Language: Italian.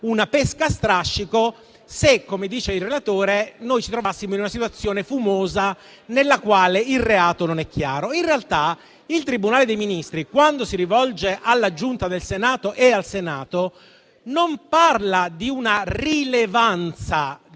una pesca a strascico se, come dice il relatore, ci trovassimo in una situazione fumosa nella quale il reato non è chiaro. In realtà il Tribunale dei Ministri, quando si rivolge alla Giunta del Senato e al Senato, non parla di una rilevanza